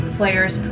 Slayer's